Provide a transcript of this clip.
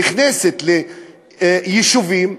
נכנסת ליישובים?